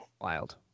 wild